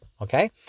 Okay